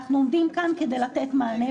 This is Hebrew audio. אנחנו עומדים כאן כדי לתת מענה.